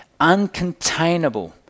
uncontainable